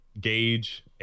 gauge